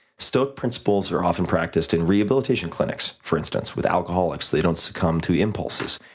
stoic principles are often practiced in rehabilitation clinics, for instance. with alcoholics, they don't succumb to impulses.